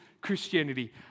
Christianity